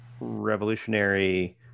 revolutionary